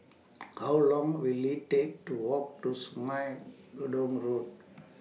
How Long Will IT Take to Walk to Sungei Gedong Road